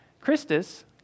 Christus